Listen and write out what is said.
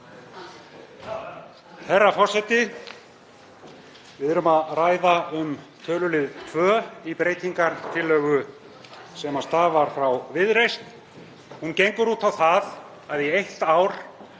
Herra forseti. Við erum að ræða um tölulið 2 í breytingartillögu sem stafar frá Viðreisn. Hún gengur út á það að í eitt ár